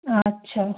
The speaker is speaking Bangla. আচ্ছা